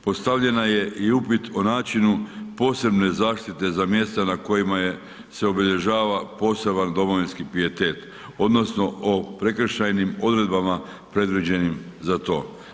Postavljena je i upit o načinu posebne zaštite za mjesta na kojima je, se obilježava poseban domovinski pijetet odnosno o prekršajnim odredbama predviđenim za to.